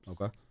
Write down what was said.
Okay